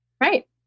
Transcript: Right